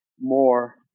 more